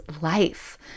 life